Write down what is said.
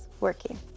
working